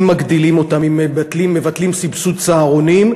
אם מגדילים אותם, אם מבטלים סבסוד צהרונים,